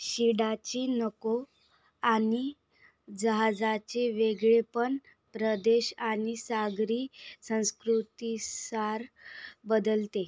शिडाची नौका आणि जहाजाचे वेगळेपण प्रदेश आणि सागरी संस्कृतीनुसार बदलते